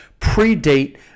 predate